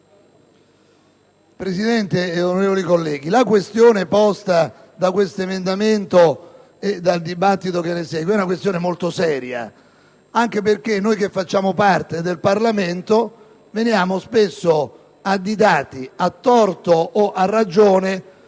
Presidente, onorevoli colleghi, la questione posta dall'emendamento in esame e dal dibattito che ne segue è molto seria, anche perché noi, che facciamo parte del Parlamento, veniamo spesso additati, a torto o a ragione,